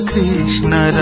Krishna